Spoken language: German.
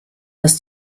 was